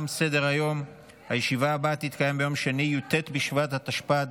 תשעה בעד,